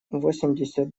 восемьдесят